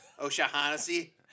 O'Shaughnessy